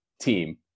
team